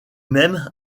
même